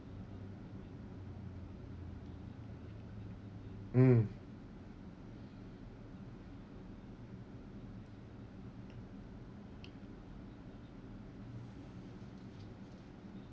mm